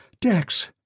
Dex